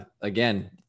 Again